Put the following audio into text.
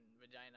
vagina